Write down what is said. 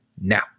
now